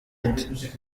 ati